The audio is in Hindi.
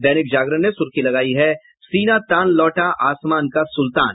दैनिक जागरण ने सुर्खी लगायी है सीना तान लौटा आसमान का सुल्तान